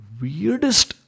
weirdest